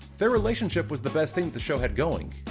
their relationship was the best thing the show had going,